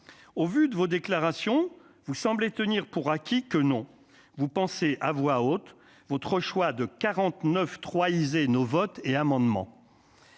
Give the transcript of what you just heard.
au vu de vos déclarations, vous semblez tenir pour acquis que non, vous pensez à voix haute, votre choix de 49 3 Izé nos votes et amendements,